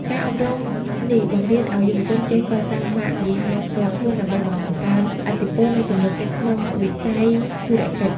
ការអប់រំនេះបង្រៀនឱ្យយុវជនចេះ "កសាងម៉ាកយីហោផ្ទាល់ខ្លួន" ដើម្បីបង្កើនឥទ្ធិពល និងទំនុកចិត្តក្នុងវិស័យធុរកិច្ច។